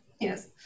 Yes